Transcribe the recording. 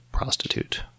prostitute